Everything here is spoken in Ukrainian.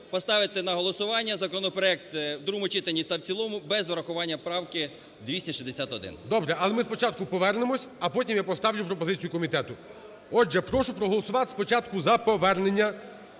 поставити на голосування законопроект в другому читанні та в цілому без врахування правки 261. ГОЛОВУЮЧИЙ. Добре. Але ми спочатку повернемося, а потім я поставлю пропозицію комітету. Отже, я прошу проголосувати спочатку за повернення